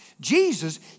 Jesus